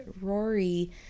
Rory